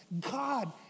God